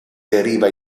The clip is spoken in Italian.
deriva